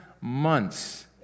months